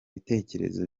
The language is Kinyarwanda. bitekerezo